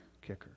kicker